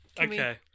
okay